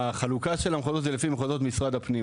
החלוקה של המחוזות זה לפי מחוזות של משרד הפנים,